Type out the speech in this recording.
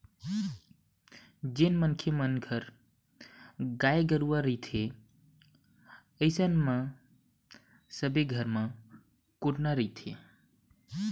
जेन मनखे मन घर गाय गरुवा रहिथे अइसन म सबे घर म कोटना रहिथे